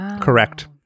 correct